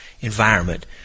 environment